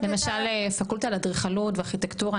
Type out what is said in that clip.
למשל בפקולטה לאדריכלות וארכיטקטורה,